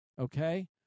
Okay